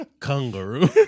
Kangaroo